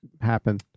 happen